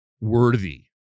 worthy